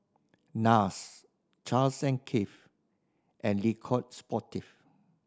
Nars Charles and Keith and Le Coq Sportif